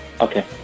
Okay